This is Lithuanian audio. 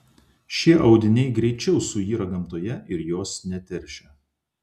šie audiniai greičiau suyra gamtoje ir jos neteršia